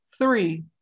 three